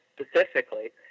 specifically